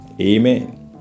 Amen